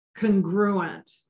congruent